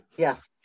Yes